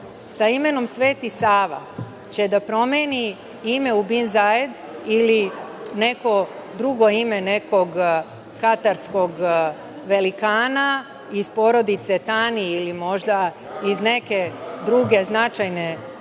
sa imenom „Sveti Sava“ će da promeni u ime Binzajed ili neko drugo ime nekog katarskog velikana, iz porodice Tani ili možda iz neke druge značajne